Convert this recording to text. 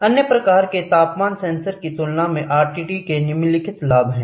अन्य प्रकार के तापमान सेंसर की तुलना में आरटीडी का निम्नलिखित लाभ है